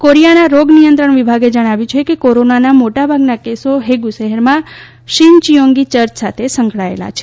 કોરીયાના રોગ નિયંત્રણ વિભાગે જણાવ્યું છે કે કોરોનાના મોટાભાગના કેસો દેગુ શહેરના શિનચીંયોઝી ચર્ચ સાથે સંકળાયેલા છે